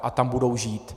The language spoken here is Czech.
A tam budou žít.